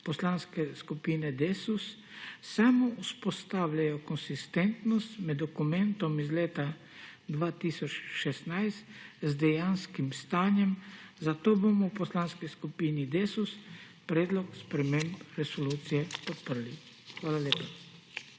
Poslanske skupine Desus samo vzpostavljajo konsistentnost med dokumentom iz leta 2016 z dejanskim stanjem, zato bomo v Poslanski skupini Desus predlog sprememb resolucije podprli. Hvala lepa.